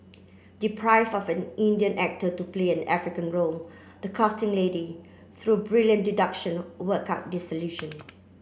deprived of an Indian actor to play an African role the casting lady through brilliant deduction work out the solution